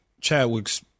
Chadwick's